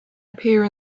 appear